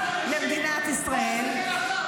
-- למדינת ישראל.